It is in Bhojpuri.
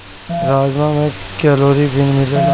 राजमा में कैलोरी भी मिलेला